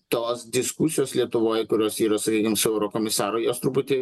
tos diskusijos lietuvoj kurios yra sakykim su eurokomisaru jos truputį